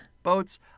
Boats